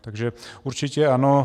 Takže určitě ano.